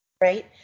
right